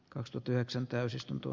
kausto työkseen täysistunto